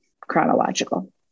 chronological